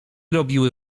robiły